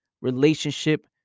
relationship